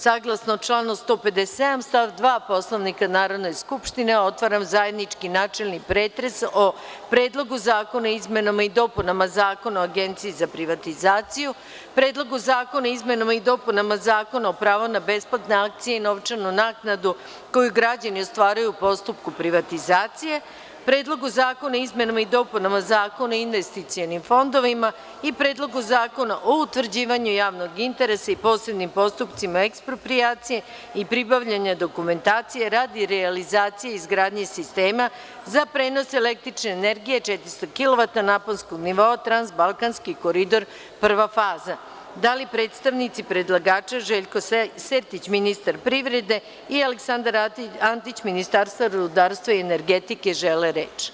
Saglasno članu 157. stav 2. Poslovnika Narodne skupštine, otvaram zajednički načelni pretres o: PREDLOGU ZAKONA O IZMENAMA I DOPUNAMA ZAKONA O AGENCIJI ZA PRIVATIZACIJU; PREDLOGU ZAKONA O IZMENAMA I DOPUNAMA ZAKONA O PRAVU NA BESPLATNE AKCIJE I NOVČANU NAKNADU KOJU GRAĐANI OSTVARUJU U POSTUPKU PRIVATIZACIJE; PREDLOGU ZAKONA O IZMENAMA I DOPUNAMA ZAKONA O INVESTICIONIM FONDOVIMA, I PREDLOGU ZAKONA O UTVRĐIVANjU JAVNOG INTERESA I POSEBNIM POSTUPCIMA EKSPROPRIJACIJE I PRIBAVLjANjA DOKUMENTACIJE RADI REALIZACIJE IZGRADNjE SISTEMA ZA PRENOS ELEKTRIČNE ENERGIJE 400 KV NAPONSKOG NIVOA „TRANSBALKANSKI KORIDOR – PRVA FAZA“ Da li predstavnici predlagača Željko Srtić, ministar privrede, dr Dušan Vujović, ministar finansija i Aleksandar Antić, ministar rudarstva i energetike, žele reč?